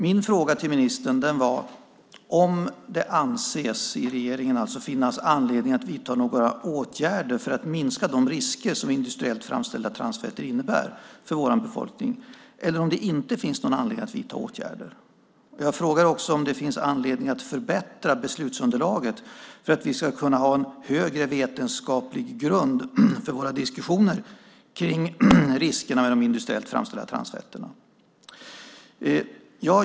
Min fråga till ministern var om regeringen anser att det finns anledning att vidta några åtgärder för att minska de risker som industriellt framställda transfetter innebär för vår befolkning eller om det inte finns någon anledning att vidta åtgärder. Jag frågar också om det finns anledning att förbättra beslutsunderlaget för att vi ska kunna ha en högre vetenskaplig grund för våra diskussioner om riskerna med de industriellt framställda transfetterna.